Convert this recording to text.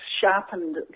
sharpened